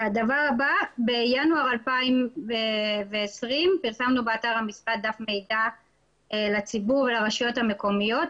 בינואר 2020 פרסמנו אתר המשרד דף מידע לציבור ולרשויות המקומיות,